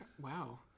Wow